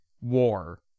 war